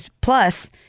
plus